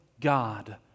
God